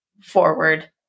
forward